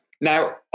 Now